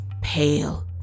Pale